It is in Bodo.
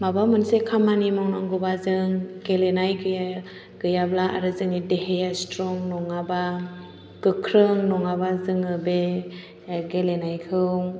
माबा मोनसे खामानि मावनांगौबा जों गेलेनाय गैयाब्ला आरो जोंनि देहाया स्ट्रं नङाबा गोख्रों नङाबा जोङो बे गेलेनायखौ